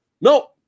no